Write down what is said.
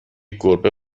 گربه